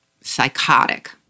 psychotic